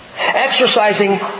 exercising